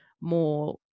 more